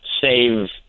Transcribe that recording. save